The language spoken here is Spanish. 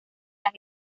las